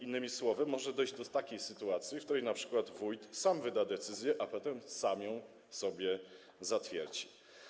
Innymi słowy może dojść do takiej sytuacji, w której np. wójt sam wyda decyzję, a potem sam ją sobie zatwierdzi.